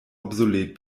obsolet